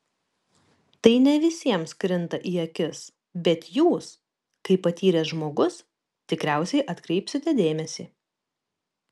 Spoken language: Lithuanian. tai ne visiems krinta į akis bet jūs kaip patyręs žmogus tikriausiai atkreipsite dėmesį